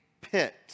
pit